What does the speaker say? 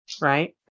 right